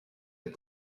est